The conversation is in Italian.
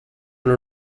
una